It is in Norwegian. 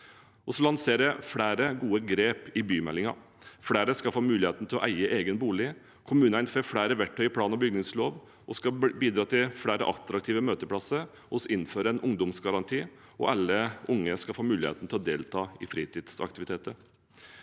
Vi lanserer flere gode grep i bymeldingen. Flere skal få muligheten til å eie egen bolig. Kommunene får flere verktøy i plan- og bygningsloven som skal bidra til flere attraktive møteplasser. Vi innfører en ungdomsgaranti, og alle unge skal få muligheten til å delta i fritidsaktiviteter.